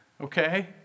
Okay